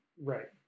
right